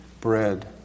bread